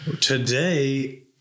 Today